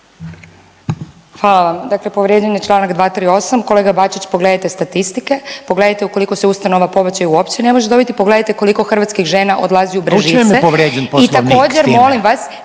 Hvala vam. Dakle povrijeđen je članak 238. Kolega Bačić pogledajte statistike, pogledajte u koliko se ustanova pobačaj uopće ne može dobiti, pogledajte koliko hrvatskih žena odlazi u Brežice. … /Upadica Reiner: U čemu